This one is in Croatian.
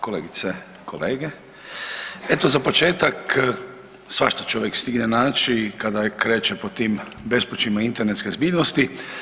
Kolegice, kolege, eto za početak svašta čovjek stigne naći kada kreće po tim bespućima internetske zbiljnosti.